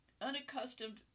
unaccustomed